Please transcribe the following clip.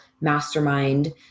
mastermind